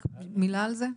רק מילה על זה: